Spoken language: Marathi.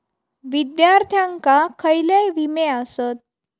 विद्यार्थ्यांका खयले विमे आसत?